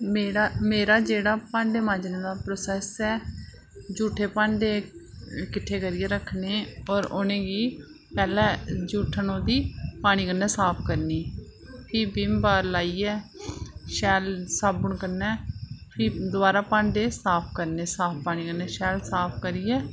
मेरा जेह्ड़ा भांडे मांजनें दा प्रोसैस ऐ जूठे भांडे किट्ठे करियै रक्खने और उ'नें गी पैह्लें जूठन उ'दी पानी कन्नै साफ करनी फ्ही बिम बार लाइयै शैल साबुन कन्नै फ्ही दोबारै भांडे साफ करने साफ पानी कन्नै शैल साफ करियै